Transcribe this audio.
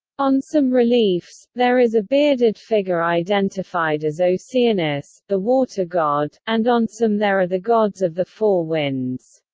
on some reliefs, there is a bearded figure identified as oceanus, the water god, and on some there are the gods of the four winds.